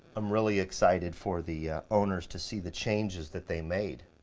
i'm really excited for the owners to see the changes that they made.